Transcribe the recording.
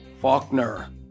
Faulkner